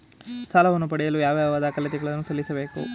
ಸಾಲವನ್ನು ಪಡೆಯಲು ಯಾವ ಯಾವ ದಾಖಲಾತಿ ಗಳನ್ನು ಸಲ್ಲಿಸಬೇಕು?